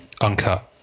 uncut